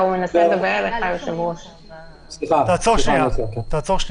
תעצור שנייה.